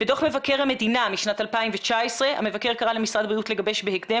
בדו"ח מבקר המדינה משנת 2019 המבקר קרא למשרד הבריאות לגבש בהקדם